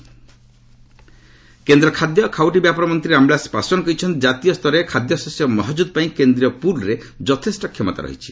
RS foodgrains କେନ୍ଦ୍ର ଖାଦ୍ୟ ଓ ଖାଉଟି ବ୍ୟାପାର ମନ୍ତ୍ରୀ ରାମବିଳାସ ପାଶ୍ୱାନ୍ କହିଛନ୍ତି ଜାତୀୟ ସ୍ତରରେ ଖାଦ୍ୟଶସ୍ୟ ମହକୁଦ୍ ପାଇଁ କେନ୍ଦ୍ରୀୟ ପୁଲ୍ରେ ଯଥେଷ୍ଟ କ୍ଷମତା ରହିଛି